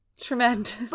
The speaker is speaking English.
tremendous